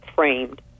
framed